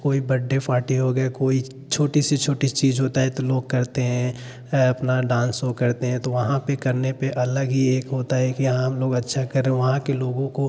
कोई birthday party हो गया कोई छोटी सी छोटी चीज़ होता है तो लोग करते हैं अपना डान्स वह करते हैं तो वहाँ पर करने पर अलग ही एक होता है कि हाँ हम लोग अच्छा करें वहाँ के लोगों को